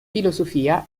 filosofia